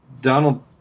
Donald